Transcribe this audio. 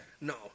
No